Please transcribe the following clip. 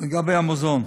לגבי המזון,